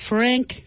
Frank